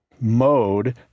mode